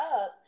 up